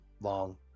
long